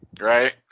Right